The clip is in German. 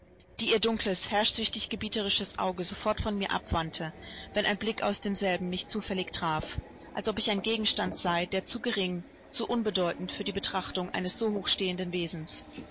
die ihr dunkles herrschsüchtig gebieterisches auge sofort von mir abwandte wenn ein blick aus demselben mich zufällig traf als ob ich ein gegenstand sei der zu gering zu unbedeutend für die betrachtung eines so hochstehenden wesens